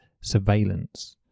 surveillance